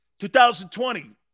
2020